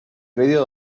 predio